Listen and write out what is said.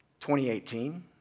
2018